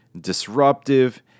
disruptive